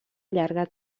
llarga